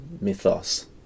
mythos